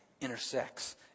intersects